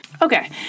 Okay